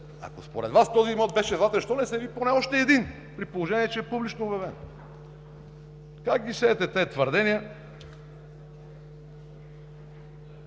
Ако според Вас този имот беше златен, защо не се яви поне още един, при положение че е публично обявен? Как ги сеете тези твърдения?